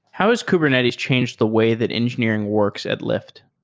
how has kubernetes changed the way that engineering works at lyft?